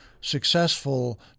successful